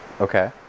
okay